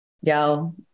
y'all